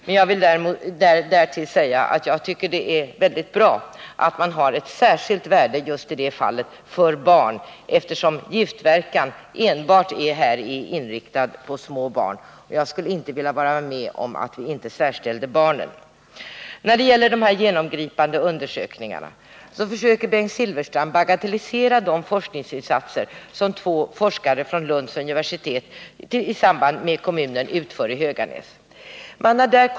Men jag vill därtill säga att jag tycker att det är nödvändigt med ett särskilt värde för barn, eftersom giftverkan enbart är inriktad på små barn. Jag vill inte vara med om att inte särställa barnen. Bengt Silfverstrand försöker bagatellisera de insatser som två forskare från Lunds universitet i samarbete med kommunen utför i Höganäs.